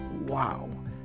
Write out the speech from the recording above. wow